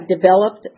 developed